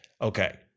Okay